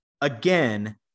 again